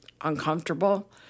uncomfortable